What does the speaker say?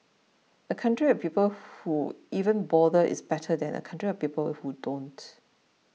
a country of people who even bother is better than a country of people who don't